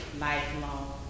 lifelong